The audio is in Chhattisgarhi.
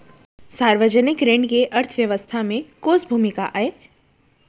सार्वजनिक ऋण के अर्थव्यवस्था में कोस भूमिका आय?